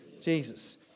Jesus